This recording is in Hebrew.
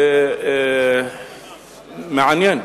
מעניין,